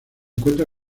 encuentra